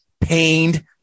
pained